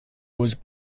was